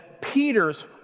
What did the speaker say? Peter's